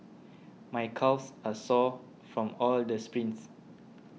my calves are sore from all the sprints